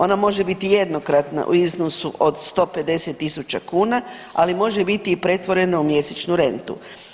Ona može biti jednokratna u iznosu od 150.000 kuna, ali može biti i pretvorena u mjesečnu rentu.